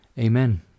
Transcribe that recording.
Amen